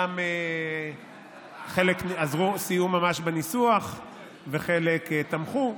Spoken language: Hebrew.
חלק גם סייעו ממש בניסוח וחלק תמכו.